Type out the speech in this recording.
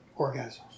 Orgasms